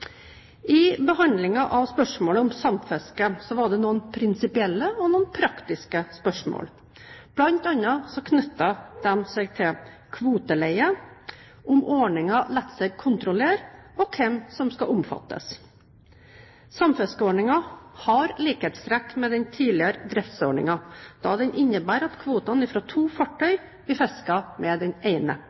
av spørsmålet om samfiske var det noen prinsipielle og praktiske spørsmål. Blant annet knyttet disse seg til kvoteleie, om ordningen lar seg kontrollere, og hvem som skal omfattes. Samfiskeordningen har likhetstrekk med den tidligere driftsordningen, da den innbærer at kvotene fra to fartøyer blir fisket med det ene.